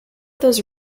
those